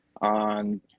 on